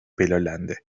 belirlendi